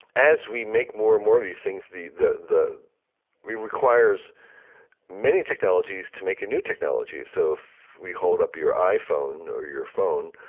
as we make more and more of these things, the the we require as many technologies to make a new technology. so if we hold up your iphone or your phone,